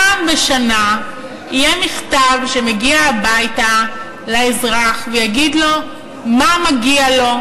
פעם בשנה יגיע מכתב לבית האזרח ויגיד לו מה מגיע לו,